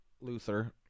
Luther